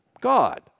God